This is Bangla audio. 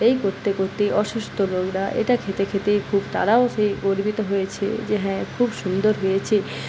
এই করতে করতেই অসুস্থ লোকরা এটা খেতে খেতেই খুব তারাও সেই গর্বিত হয়েছে যে হ্যাঁ খুব সুন্দর হয়েছে